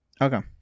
Okay